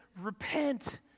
repent